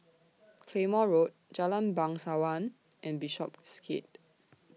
Claymore Road Jalan Bangsawan and Bishopsgate